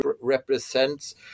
represents